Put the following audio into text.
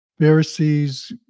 Pharisees